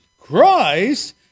Christ